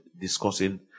discussing